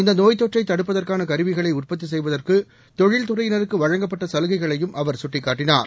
இந்த நோய் தொற்றை தடுப்பதற்கான கருவிகளை உற்பத்தி செய்வதற்கு தொழில் துறையினருக்கு வழங்கப்பட்ட சலுகைகளையும் அவர் சுட்டிக்காட்டினார்